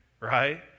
right